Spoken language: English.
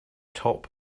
top